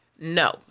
No